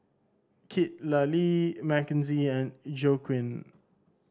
Citlali Mckenzie and Joaquin